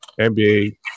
nba